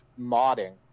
modding